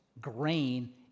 grain